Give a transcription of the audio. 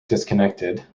disconnected